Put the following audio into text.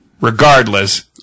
regardless